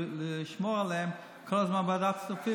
לשמור עליהן כל הזמן בוועדת כספים,